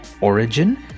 origin